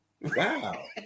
Wow